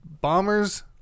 bombers